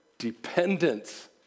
dependence